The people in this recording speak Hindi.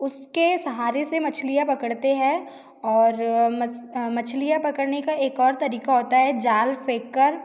उसके सहारे से मछलियाँ पकड़ते हैं और मस मछलियाँ पकड़ने का एक और तरीक़ा होता है जाल फेंक कर